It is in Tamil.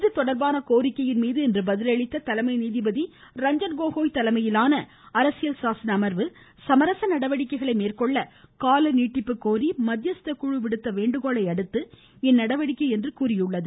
இதுதொடர்பான கோரிக்கையின் மீது இன்று பதில் அளித்த தலைமை நீதிபதி ரஞ்சன்கோகோய் தலைமையிலான அரசியல் சாசன அமர்வு சமரச நடவடிக்கைகளை மேற்கொள்ள கால நீட்டிப்பு கோரி மத்தியஸ்த குழு விடுத்த வேண்டுகோளையடுத்து இந்நடவடிக்கை என்று தெரிவித்தது